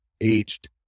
aged